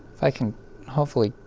if i can hopefully,